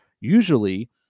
usually